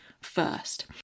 first